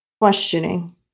questioning